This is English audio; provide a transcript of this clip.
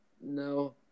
No